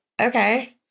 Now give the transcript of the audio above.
Okay